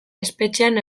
espetxean